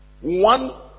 one